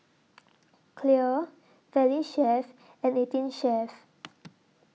Clear Valley Chef and eighteen Chef